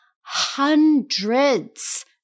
hundreds